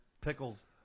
pickles